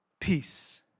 Peace